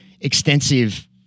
extensive